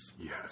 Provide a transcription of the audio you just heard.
Yes